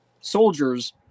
soldiers